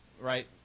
right